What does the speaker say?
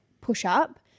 push-up